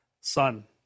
son